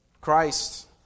Christ